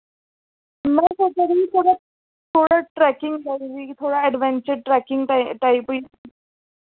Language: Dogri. में सोचा दी ही थोह्ड़ा थोह्ड़ा ट्रैकिंग दा मिगी थोह्ड़ा अडवैंचर ट्रैकिंग टाइप